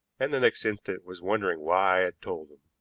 and the next instant was wondering why i had told him.